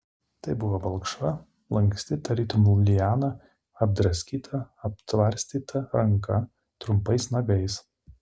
tai buvo balkšva lanksti tarytum liana apdraskyta aptvarstyta ranka trumpais nagais